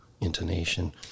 intonation